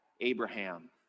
Abraham